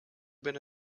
been